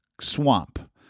swamp